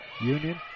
Union